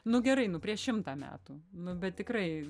nu gerai nu prieš šimtą metų nu bet tikrai